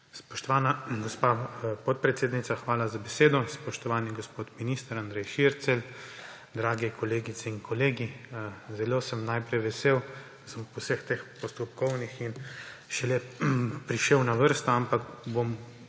Spoštovana gospa podpredsednica, hvala za besedo. Spoštovani gospod minister Andrej Šircelj, drage kolegice in kolegi! Zelo sem, vesel, da sem po vseh teh postopkovnih prišel na vrsto, ampak bom